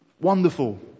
Wonderful